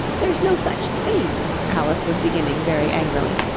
there's no such thing alice was beginning very angrily,